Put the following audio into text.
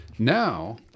Now